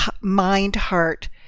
mind-heart